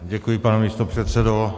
Děkuji, pane místopředsedo.